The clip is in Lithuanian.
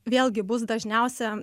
vėlgi bus dažniausia